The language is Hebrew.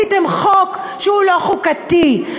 עשיתם חוק שהוא לא חוקתי,